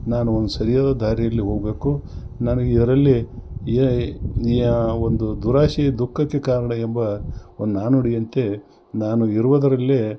ನಾನು ಒಂದು ಸರಿಯಾದ ದಾರಿಯಲ್ಲಿ ಹೋಗ್ಬೇಕು ನನಗೆ ಇದರಲ್ಲಿ ಯಾ ಒಂದು ದುರಾಸೆ ದುಃಖಕ್ಕೆ ಕಾರಣ ಎಂಬ ಒಂದು ನಾಣ್ನುಡಿಯಂತೆ ನಾನು ಇರುವುದರಲ್ಲೇ